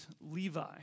Levi